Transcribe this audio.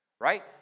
right